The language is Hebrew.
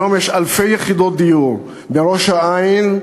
היום יש אלפי יחידות דיור, בראש-העין,